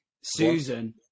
Susan